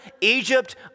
Egypt